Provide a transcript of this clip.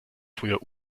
früher